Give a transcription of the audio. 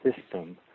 system